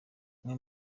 umwe